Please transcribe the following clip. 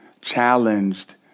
challenged